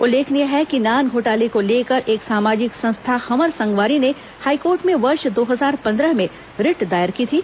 उल्लेखनीय है कि नान घोटाले को लेकर एक सामाजिक संस्था हमर संगवारी ने रिट हाईकोर्ट में वर्ष दो हजार पंद्रह में दायर की थी